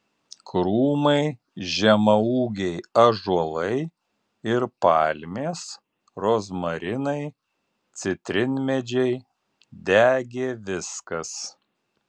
krūmai žemaūgiai ąžuolai ir palmės rozmarinai citrinmedžiai degė viskas